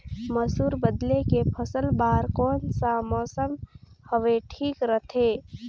मसुर बदले के फसल बार कोन सा मौसम हवे ठीक रथे?